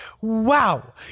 Wow